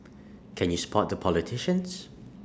can you spot the politicians